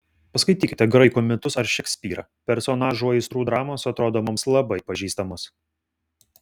paskaitykite graikų mitus ar šekspyrą personažų aistrų dramos atrodo mums labai pažįstamos